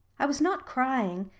i was not crying.